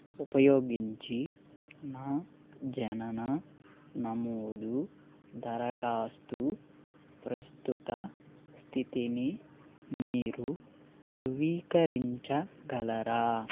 ఉపయోగించి నా జనన నమోదు దరఖాస్తు ప్రస్తుత స్థితిని మీరు ధృవీకరించగలరా